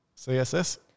CSS